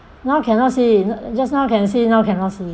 now cannot see just now can see now cannot see